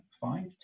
five